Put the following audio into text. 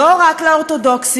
לא רק לאורתודוקסים,